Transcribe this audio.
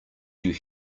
you